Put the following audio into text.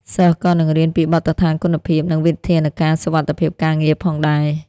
សិស្សក៏នឹងរៀនពីបទដ្ឋានគុណភាពនិងវិធានការសុវត្ថិភាពការងារផងដែរ។